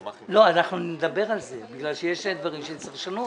אנחנו נדבר על זה כי יש דברים שצריכים לשנות.